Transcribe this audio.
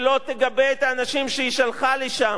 ולא תגבה את האנשים שהיא שלחה לשם.